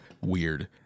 Weird